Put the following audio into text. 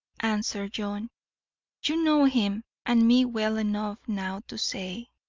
answer, john. you know him and me well enough now to say.